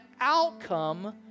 outcome